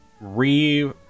re